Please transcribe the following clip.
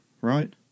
right